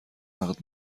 عقد